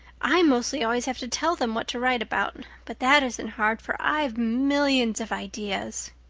i mostly always have to tell them what to write about, but that isn't hard for i've millions of ideas.